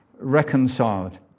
reconciled